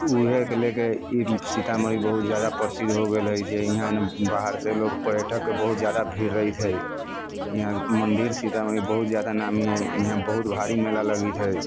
उहेके लेके ई सीतामढ़ी बहुत जादा प्रसिद्ध हो गइल हइ जे इहाँ हइ ने बाहरसँ लोक पर्यटकके बहुत जादा भीड़ रहैत हइ इहाँ मन्दिर सीतामढ़ीमे बहुत जादा नामी हइ इहाँ बहुत भारी मेला लगैत हइ